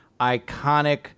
iconic